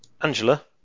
Angela